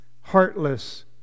heartless